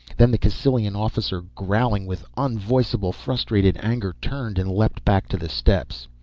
then the cassylian officer, growling with unvoicable frustrated anger, turned and leaped back to the steps.